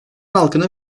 halkının